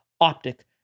Optic